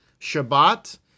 Shabbat